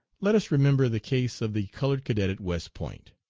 let us remember the case of the colored cadet at west point.